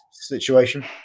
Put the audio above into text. situation